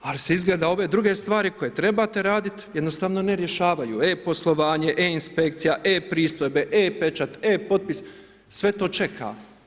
Ali se izgleda ove druge stvari koje trebate raditi jednostavno ne rješavaju: e-poslovanje, e-inspekcija, e-pristojbe, e-pečat, e-potpis, sve to čeka.